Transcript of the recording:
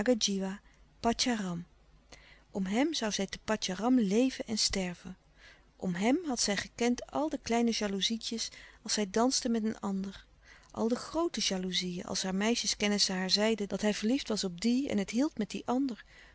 patjaram om hem zoû zij te patjaram leven en sterven om hem had zij gekend al de kleine jalouzietjes als hij danste met een ander al de groote jalouzieën als haar meisjeskennissen haar zeiden dat hij verliefd was op die en het hield met die ander